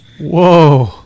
Whoa